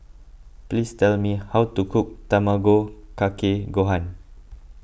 please tell me how to cook Tamago Kake Gohan